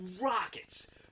Rockets